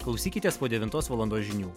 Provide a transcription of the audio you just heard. klausykitės po devintos valandos žinių